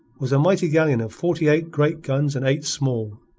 was a mighty galleon of forty-eight great guns and eight small.